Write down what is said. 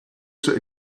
zur